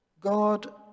God